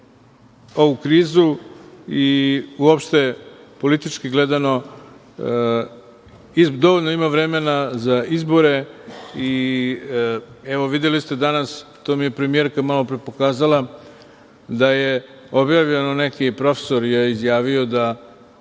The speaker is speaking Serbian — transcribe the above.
ovu krizu i uopšte, politički gledano, dovoljno ima vremena za izbore i evo, videli ste danas, to mi je premijerka malopre pokazala, da je objavljeno, neki profesor je izjavio da